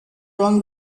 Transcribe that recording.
wrong